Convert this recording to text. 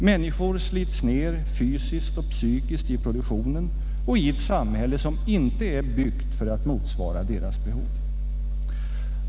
Människor slits ned fysiskt och psykiskt i produktionen och i ett samhälle som inte är byggt för att motsvara deras behov.